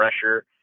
pressure